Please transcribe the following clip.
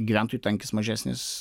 gyventojų tankis mažesnis